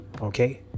Okay